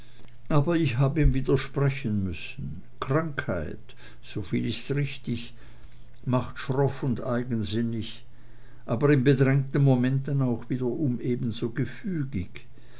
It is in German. aber ich hab ihm widersprechen müssen krankheit soviel ist richtig macht schroff und eigensinnig aber in bedrängten momenten auch wiederum ebenso gefügig